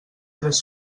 tres